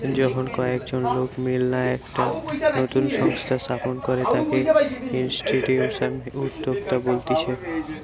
যখন কয়েকজন লোক মিললা একটা নতুন সংস্থা স্থাপন করে তাকে ইনস্টিটিউশনাল উদ্যোক্তা বলতিছে